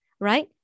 right